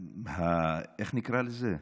איך נקרא לזה?